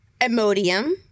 Emodium